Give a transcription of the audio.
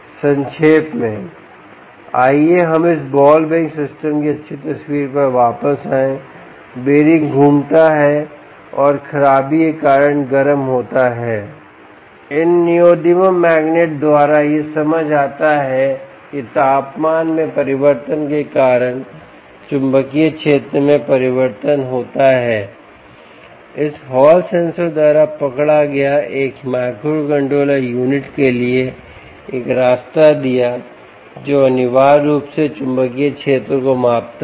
संक्षेप में आइए हम इस बॉल बेयरिंग सिस्टम की अच्छी तस्वीर पर वापस जाएँ बेयरिंग घूमता है और खराबी के कारण गर्म होता है इन निओदिमियम मैग्नेट द्वारा यह समझ आता है कि तापमान में परिवर्तन के कारण चुंबकीय क्षेत्र में परिवर्तन होता है इस हॉल सेंसर द्वारा पकड़ा गया एक माइक्रोकंट्रोलर यूनिट के लिए एक रास्ता दिया जो अनिवार्य रूप से चुंबकीय क्षेत्र को मापता है